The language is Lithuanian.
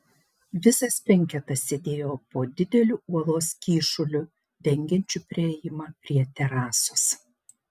visas penketas sėdėjo po dideliu uolos kyšuliu dengiančiu priėjimą prie terasos